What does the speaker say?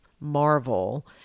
marvel